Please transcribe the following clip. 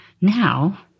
now